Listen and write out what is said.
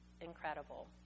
incredible